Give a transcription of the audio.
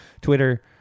Twitter